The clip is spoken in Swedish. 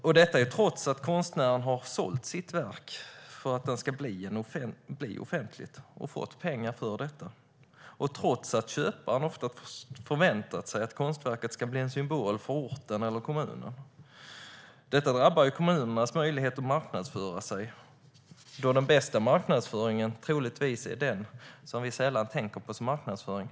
Så är det alltså trots att konstnären har sålt sitt verk för att det ska bli offentligt och fått pengar för det och trots att köparen ofta förväntat sig att konstverket ska bli en symbol för orten eller kommunen. Detta går ut över kommunernas möjligheter att marknadsföra sig, eftersom den bästa marknadsföringen troligtvis är den som vi sällan tänker på som marknadsföring.